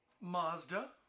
Mazda